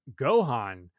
Gohan